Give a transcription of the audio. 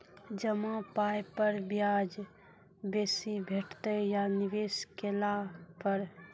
जमा पाय पर ब्याज बेसी भेटतै या निवेश केला पर?